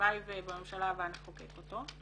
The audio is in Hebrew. והלוואי ובממשלה הבאה נחוקק אותו,